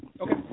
Okay